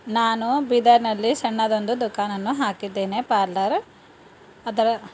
ನಾನು ಬೀದರ್ನಲ್ಲಿ ಸಣ್ಣದೊಂದು ದುಕಾನನ್ನು ಹಾಕಿದ್ದೇನೆ ಪಾರ್ಲರ್ ಅದರ